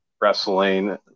wrestling